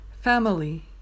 family